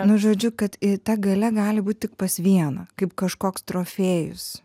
nu žodžiu kad ta galia gali būt tik pas vieną kaip kažkoks trofėjus